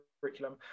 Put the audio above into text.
curriculum